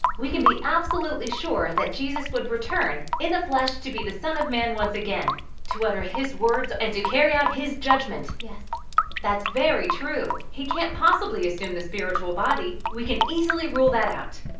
we can be absolutely sure that jesus would return in the flesh to be the son of man once again to utter his words and to carry out his judgment. that's very true he can't possibly assume the spiritual body. we can easily rule that out!